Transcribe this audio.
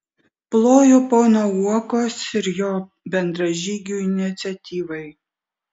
ploju pono uokos ir jo bendražygių iniciatyvai